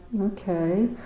Okay